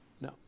No